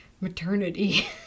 maternity